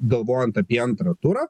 galvojant apie antrą turą